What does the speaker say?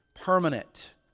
permanent